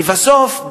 לבסוף,